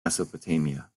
mesopotamia